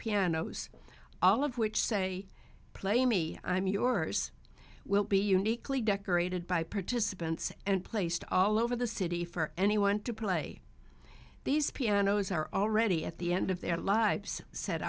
pianos all of which say play me i'm yours will be uniquely decorated by participants and placed all over the city for anyone to play these pianos are already at the end of their lives set